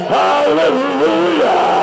hallelujah